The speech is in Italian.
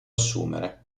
assumere